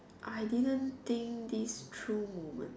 I didn't think this true moment